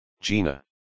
Gina